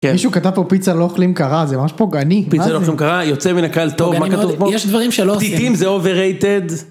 מישהו כתב פה פיצה לא אוכלים קרה זה ממש פוגעני. פיצה לא אוכלים קרה יוצא מן הכלל טוב מה כתוב פה פתיתים זה overrated.